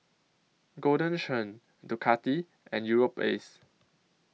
Golden Churn Ducati and Europace